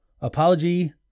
Apology